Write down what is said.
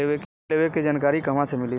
ऋण लेवे के जानकारी कहवा से मिली?